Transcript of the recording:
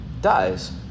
dies